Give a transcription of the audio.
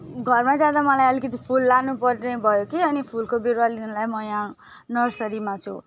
घरमा जाँदा मलाई अलिकति फुल लानपर्ने भयो कि अनि फुलको बिरुवा लिनलाई म यहाँ नर्सरीमा छु